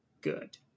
good